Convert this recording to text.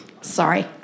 Sorry